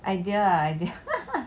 idea ah idea